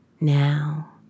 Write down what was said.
now